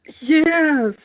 Yes